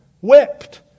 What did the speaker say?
whipped